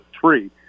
three